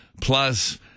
Plus